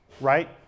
right